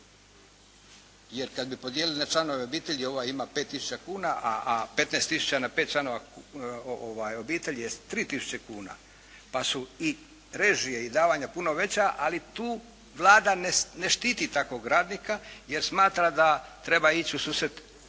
Jer kad bi podijelili na članove obitelji, ovaj ima 5 tisuća kuna, a 15 tisuća na pet članova obitelji je 3 tisuće kuna pa su i režije i davanja puno veća, ali tu Vlada ne štiti takvog radnika jer smatra da treba ići u susret